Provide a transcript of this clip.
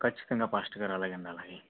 ఖచ్చితంగా పాస్టర్ గారు అలాగేనండి అలాగే